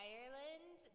Ireland